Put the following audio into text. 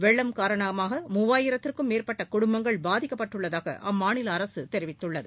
வெள்ளம் காரணமாக மூவாயிரத்திற்கும் மேற்பட்ட குடும்பங்கள் பாதிக்கப்பட்டுள்ளதாக அம்மாநில அரசு தெரிவித்துள்ளது